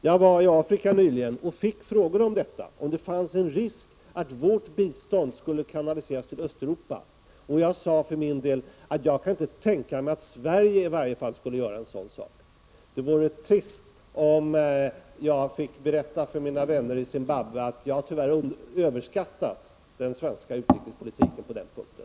Jag var i Afrika nyligen och fick frågor om detta, om det finns en risk att vårt bistånd skulle kanaliseras till Östeuropa. Jag sade för min del att jag inte kan tänka mig att Sverige skulle göra en sådan sak. Det vore trist om jag fick berätta för mina vänner i Zimbabwe att jag tyvärr överskattat den svenska utrikespolitiken på den punkten.